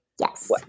Yes